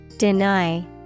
Deny